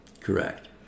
Correct